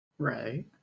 Right